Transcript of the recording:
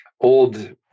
old